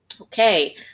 Okay